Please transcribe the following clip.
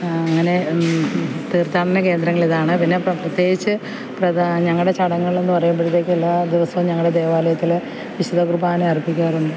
അങ്ങനെ തീർത്ഥാടന കേന്ദ്രങ്ങൾ ഇതാണ് പിന്നെ പ്രത്യേകിച്ച് പ്രധാന ഞങ്ങളുടെ ചടങ്ങ് എന്നു പറയുമ്പോഴേക്കും എല്ലാ ദിവസവും ഞങ്ങൾ ദേവാലയത്തിൽ വിശുദ്ധ കുർബാന അർപ്പിക്കാറുണ്ട്